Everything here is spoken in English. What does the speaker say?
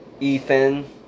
Ethan